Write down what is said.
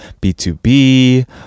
B2B